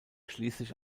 schließlich